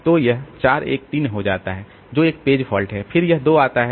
तो यह 4 1 3 हो जाता है जो एक पेज फॉल्ट है फिर यह 2 आता है